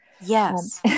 Yes